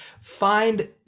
find